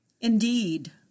Indeed